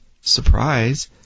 Surprise